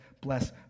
bless